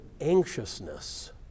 anxiousness